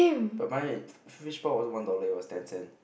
but mine fishball wasn't one dollar it was ten cent